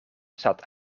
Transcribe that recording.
staat